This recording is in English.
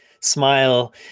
smile